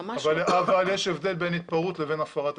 אבל יש הבדל בין התפרעות לבין הפרת הסדר.